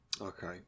Okay